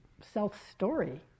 self-story